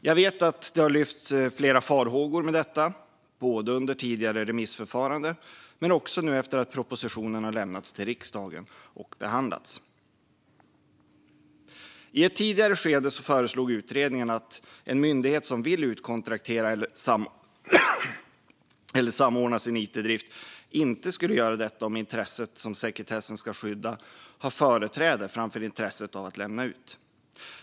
Jag vet att det har lyfts flera farhågor om detta, både under tidigare remissförfarande och nu efter att propositionen lämnats till riksdagen och behandlats. I ett tidigare skede föreslog utredningen att en myndighet som vill utkontraktera eller samordna sin it-drift inte skulle göra detta om intresset som sekretessen ska skydda har företräde framför intresset av att lämna ut.